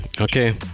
Okay